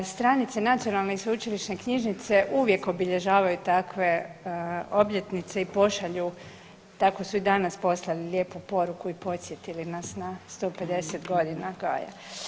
Stranice Nacionalne i sveučilišne knjižnice uvijek obilježavaju takve obljetnice i pošalju, tako su i danas poslali lijepu poruku i podsjetili nas na 150 godina Gaja.